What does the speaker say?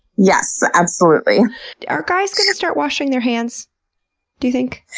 yes, absolutely are guys going to start washing their hands do you think?